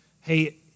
Hey